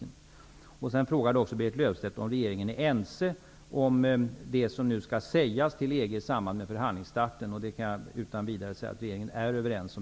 Berit Löfstedt frågade också om vi inom regeringen är ense om det som nu skall sägas till EG i samband med förhandlingsstarten. Jag kan utan vidare säga att regeringen är det.